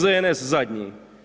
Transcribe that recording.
ZNS zadnji.